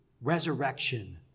resurrection